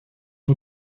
اون